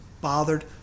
bothered